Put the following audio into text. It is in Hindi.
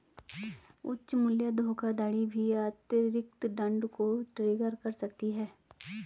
उच्च मूल्य धोखाधड़ी भी अतिरिक्त दंड को ट्रिगर कर सकती है